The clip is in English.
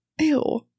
Ew